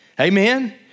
Amen